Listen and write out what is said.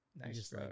nice